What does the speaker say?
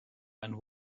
and